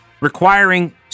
Requiring